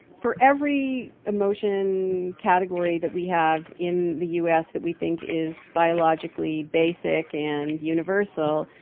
for every emotion category that we have in the u s. that we think is biologically basic and universal,